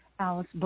Alice